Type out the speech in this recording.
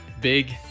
Big